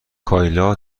کایلا